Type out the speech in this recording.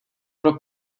pro